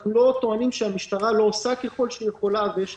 אנחנו לא טוענים שהמשטרה לא עושה ככל שהיא יכולה ויש